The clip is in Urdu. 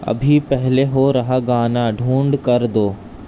ابھی پہلے ہو رہا گانا ڈھونڈ کر دو